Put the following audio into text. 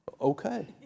Okay